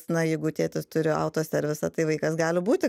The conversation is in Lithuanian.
na jeigu tėtis turi autoservisą tai vaikas gali būti